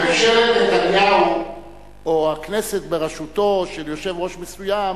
שממשלת נתניהו או הכנסת בראשותו של יושב-ראש מסוים